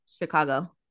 Chicago